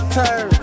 turn